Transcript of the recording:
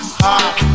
hot